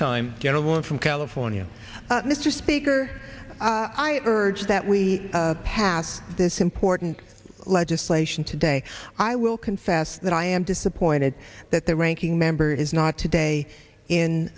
time gentleman from california mr speaker i urge that we pass this important legislation today i will confess that i am disappointed that the ranking member is not today in